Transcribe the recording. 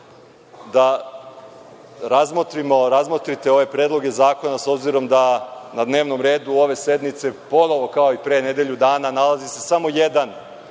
da razmotrite ove predloge zakona, s obzirom da na dnevnom redu ove sednice ponovo, kao i pre nedelju dana, nalazi se samo jedan